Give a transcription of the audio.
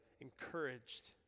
encouraged